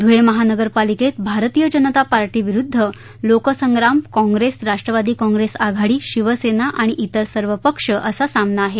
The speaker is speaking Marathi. ध्रळे महापालिकेत भारतीय जनता पार्टीविरुद्ध लोकसंग्राम काँप्रेस राष्ट्रवादी काँप्रेस आघाडी शिवसेना आणि तिर सर्व पक्ष असा सामना आहे